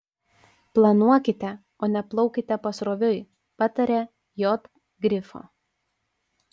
planuokite o ne plaukite pasroviui pataria j grifo